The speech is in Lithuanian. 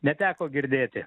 neteko girdėti